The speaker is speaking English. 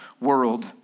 world